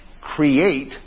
create